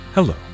Hello